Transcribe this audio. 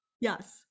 yes